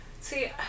See